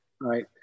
Right